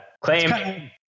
claim